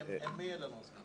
עם מי אין לנו הסכמה?